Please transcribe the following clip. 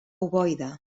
ovoide